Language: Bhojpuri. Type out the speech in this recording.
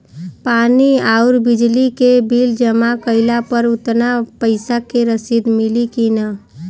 पानी आउरबिजली के बिल जमा कईला पर उतना पईसा के रसिद मिली की न?